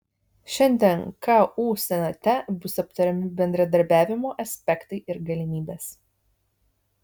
šiandien ku senate bus aptariami bendradarbiavimo aspektai ir galimybės